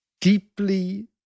deeply